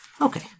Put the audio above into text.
Okay